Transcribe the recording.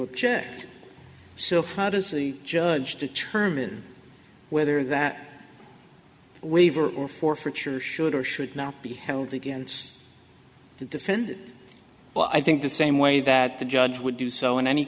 object so how does the judge determine whether that waiver or forfeiture should or should not be held against the defendant well i think the same way that the judge would do so in any